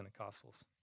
Pentecostals